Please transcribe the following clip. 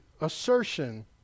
assertion